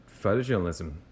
photojournalism